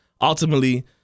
ultimately